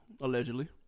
Allegedly